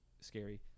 scary